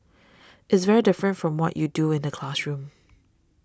it's very different from what you do in the classroom